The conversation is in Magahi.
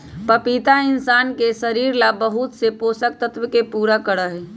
पपीता इंशान के शरीर ला बहुत से पोषक तत्व के पूरा करा हई